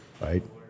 right